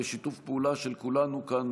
בשיתוף פעולה של כולנו כאן,